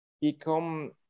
become